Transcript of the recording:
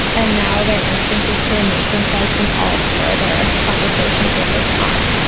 and now their instinct is to remove themselves from all further conversations with this aunt.